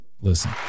listen